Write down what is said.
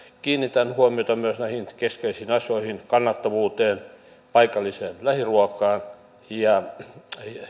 kiinnitän huomiota näihin keskeisiin asioihin kannattavuuteen paikalliseen lähiruokaan ja